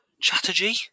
Chatterjee